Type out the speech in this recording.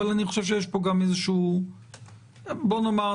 בוא נאמר,